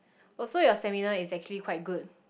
oh so your stamina is actually quite good